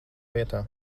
vietā